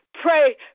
pray